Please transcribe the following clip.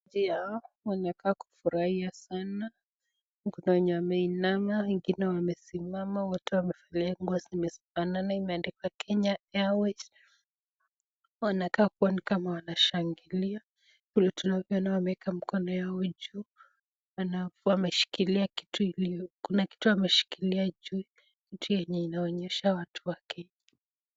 Wanakaa kufurahia sana. Kuna wengine wameinama, wengine wamesimama. Wote wamevalia nguo zimefanana imeandikwa Kenya Airways. Wanakaa kuonekana wanashangilia, vile tunavyoona wameka mkono yao juu wameshikilia kitu iliyo kuna kitu ameshikilia juu. Kitu yenye inaonyesha watu wake.